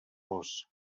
rus